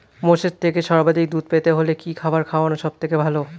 মোষের থেকে সর্বাধিক দুধ পেতে হলে কি খাবার খাওয়ানো সবথেকে ভালো?